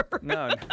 No